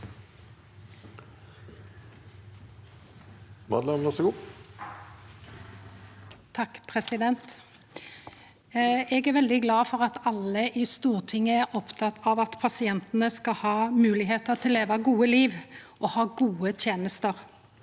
Eg er veldig glad for at alle i Stortinget er opptekne av at pasientane skal ha moglegheit til å leva eit godt liv og ha gode tenester.